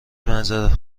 معذرت